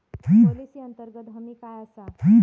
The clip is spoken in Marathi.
पॉलिसी अंतर्गत हमी काय आसा?